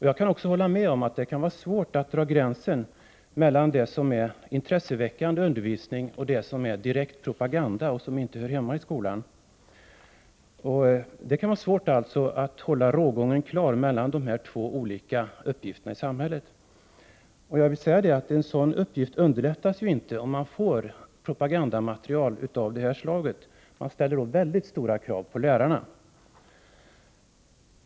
Jag håller med om att det kan vara svårt att dra gränsen mellan det som är intresseväckande undervisning och det som är direkt propaganda och som inte hör hemma i skolan. Det kan alltså vara svårt att hålla rågången klar mellan dessa två olika uppgifter i samhället. En sådan uppgift underlättas inte om man får propagandamaterial av det här slaget. Det ställs då mycket stora krav på lärarna.